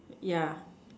yeah